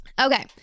Okay